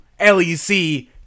LEC